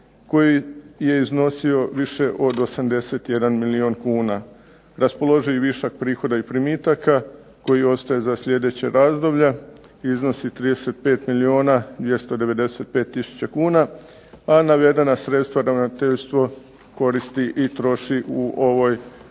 koji je iznosio više od 81 milijun kuna. Raspoloživi višak prihoda i primitaka koji ostaje za sljedeće razdoblje iznosi 35 milijuna 295 tisuća kuna, a navedena sredstva ravnateljstvo koristi i troši u ovoj